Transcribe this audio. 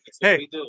Hey